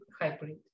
hybrid